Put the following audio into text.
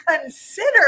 consider